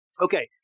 Okay